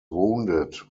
wounded